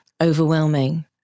overwhelming